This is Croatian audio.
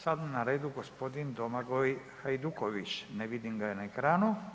Sada je na redu gospodin Domagoj Hajduković, ne vidim ga na ekranu.